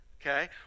Okay